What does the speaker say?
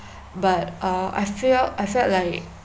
but uh I fea~ I felt like